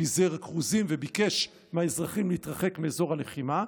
פיזר כרוזים וביקש מהאזרחים להתרחק מאזור הלחימה,